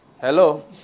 Hello